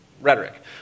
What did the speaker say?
rhetoric